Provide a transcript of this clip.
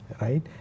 right